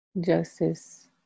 justice